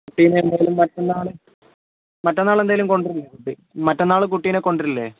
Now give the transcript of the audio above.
കുട്ടീനെ എന്തായാലും മറ്റന്നാൾ മറ്റന്നാൾ എന്തായാലും കൊണ്ടുവരില്ലേ മറ്റന്നാൾ കുട്ടീനെ കൊണ്ടുവരില്ലേ